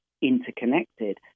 interconnected